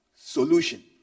solution